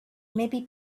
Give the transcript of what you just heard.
maybe